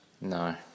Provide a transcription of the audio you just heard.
No